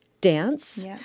dance